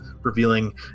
revealing